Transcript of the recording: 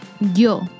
yo